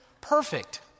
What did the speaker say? Perfect